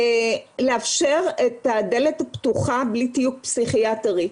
לאפשר את הדלת הפתוחה בלי תיוג פסיכיאטרי.